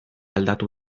aldatu